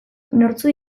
nortzuk